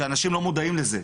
שאנשים לא מודעים לזה,